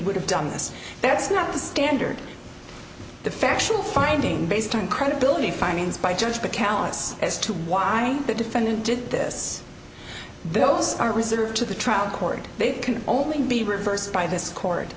would have done this that's not the standard the factual finding based on credibility findings by judge but callous as to why the defendant did this those are reserved to the trial court they can only be reversed by this court